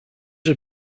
are